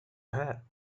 ahead